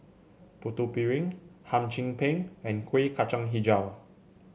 Putu Piring Hum Chim Peng and Kuih Kacang hijau